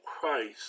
Christ